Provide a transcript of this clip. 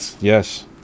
Yes